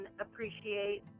appreciate